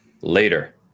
later